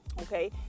Okay